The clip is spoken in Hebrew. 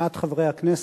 מעט חברי הכנסת,